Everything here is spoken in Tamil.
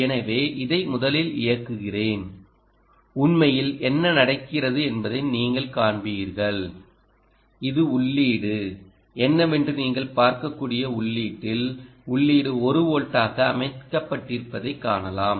எனவே இதை முதலில் இயக்குகிறேன் உண்மையில் என்ன நடக்கிறது என்பதை நீங்கள் காண்பீர்கள் இது உள்ளீடு என்னவென்று நீங்கள் பார்க்கக்கூடிய உள்ளீட்டில் உள்ளீடு 1 வோல்ட்டாக அமைக்கப்பட்டிருப்பதைக் காணலாம்